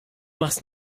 machst